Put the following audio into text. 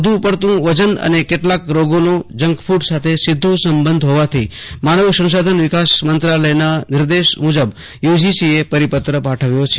વધુ પડતું વજન અને કેટલાક રોગોનો જંકફૂડ સાથે સીધો સંબંધ હોવાથી માનવ સંશાધનવિકાસ મંત્રાલયના નિર્દેશ મુજબ યુજીસીએ પરિપત્ર પાઠવ્યો છે